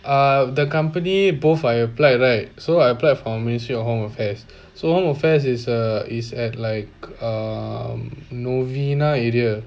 uh the company both I apply right so I applied for ministry of home affairs so home affairs is err is at like um novena area